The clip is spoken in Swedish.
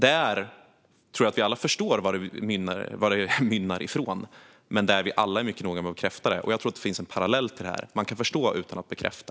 Jag tror att vi alla förstår varifrån detta kommer, men vi är alla mycket försiktiga med att bekräfta det. Jag tror att det finns en parallell till detta - man kan förstå utan att bekräfta.